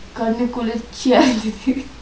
கன்னுக்குள்ள:kannukulla இருக்கு:irukku